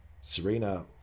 Serena